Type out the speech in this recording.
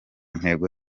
ntego